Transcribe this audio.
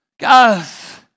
Guys